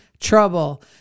trouble